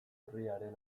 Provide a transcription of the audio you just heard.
urriaren